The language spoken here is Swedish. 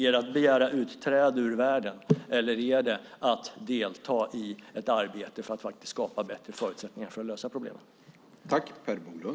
Är det att begära utträde ur världen, eller är det att delta i ett arbete för att faktiskt skapa bättre förutsättningar för att lösa problemen?